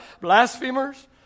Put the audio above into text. blasphemers